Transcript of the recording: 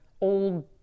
old